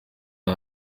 ngo